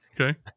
Okay